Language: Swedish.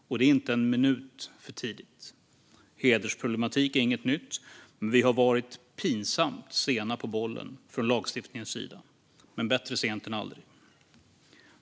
Och det är inte en minut för tidigt. Hedersproblematik är inget nytt. Vi har varit pinsamt sena på bollen från lagstiftningens sida, men bättre sent än aldrig.